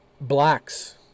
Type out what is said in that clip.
Blacks